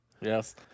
Yes